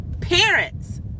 Parents